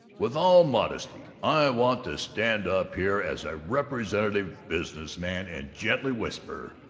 with all modesty, i want to stand up here as a representative business man and gently whisper,